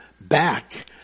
back